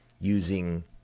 using